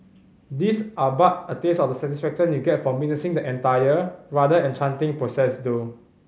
these are but a taste of the satisfaction you'll get from witnessing the entire rather enchanting process though